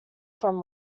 from